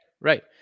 right